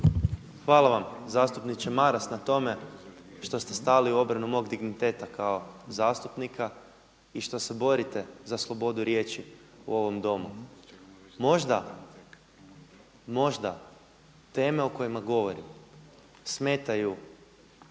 Hvala vam zastupniče Maras na tome što ste stali u obranu mog digniteta kao zastupnika i što se borite za slobodu riječi u ovom Domu. Možda, možda teme o kojima govorim smetaju